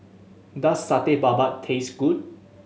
does Satay Babat taste good